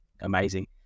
amazing